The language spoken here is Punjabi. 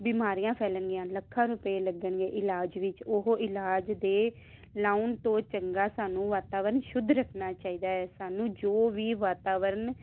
ਬਿਮਾਰੀਆਂ ਫੈਲਣਗੀਆਂ ਲੱਖਾਂ ਰੁਪਏ ਲੱਗਣਗੇ ਇਲਾਜ ਵਿੱਚ ਉਹ ਇਲਾਜ ਦੇ ਲਾਉਣ ਤੋਂ ਚੰਗਾ ਸਾਨੂੰ ਵਾਤਾਵਰਨ ਸ਼ੁੱਧ ਰੱਖਣਾ ਚਾਹੀਦਾ ਹੈ ਸਾਨੂੰ ਜੋ ਵੀ ਵਾਤਾਵਰਨ